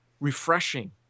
refreshing